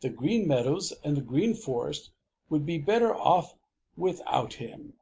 the green meadows and the green forest would be better off without him,